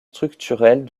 structurels